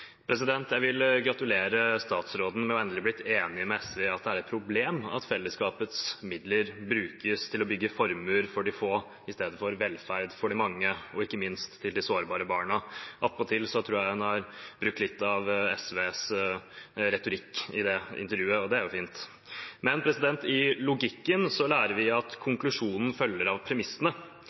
Jeg vil gratulere statsråden med endelig å ha blitt enig med SV i at det er et problem at fellesskapets midler brukes til å bygge formuer til de få i stedet for velferd til de mange, og ikke minst til de sårbare barna. Attpåtil tror jeg hun har brukt litt av SVs retorikk i det intervjuet – det er jo fint. I logikken lærer vi at konklusjonen følger av premissene,